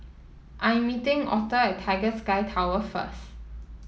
I am meeting Authur at Tiger Sky Tower first